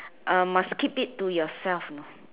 uh must keep it to yourself